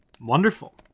Wonderful